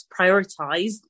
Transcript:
prioritize